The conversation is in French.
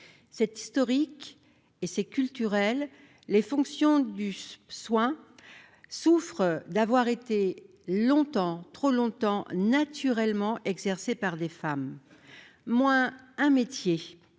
C'est historique et c'est culturel, les fonctions du soin souffrent d'avoir été longtemps, trop longtemps, naturellement exercées par des femmes : moins un métier